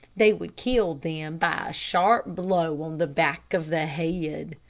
they would kill them by a sharp blow on the back of the head.